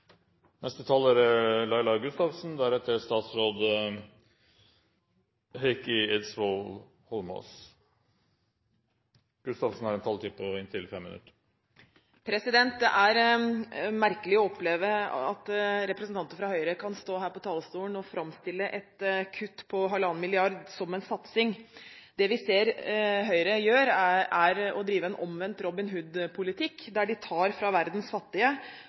Det er merkelig å oppleve at representanter fra Høyre kan stå her på talerstolen og framstille et kutt på 1,5 mrd. kr som en satsing. Det vi ser Høyre gjør, er å drive en omvendt Robin Hood-politikk, der de tar fra verdens fattige